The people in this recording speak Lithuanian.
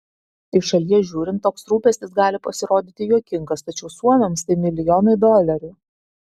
iš šalies žiūrint toks rūpestis gali pasirodyti juokingas tačiau suomiams tai milijonai dolerių